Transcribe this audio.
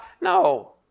no